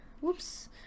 Whoops